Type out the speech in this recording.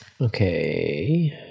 Okay